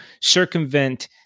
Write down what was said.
circumvent